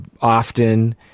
often